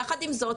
יחד עם זאת,